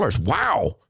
Wow